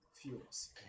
fuels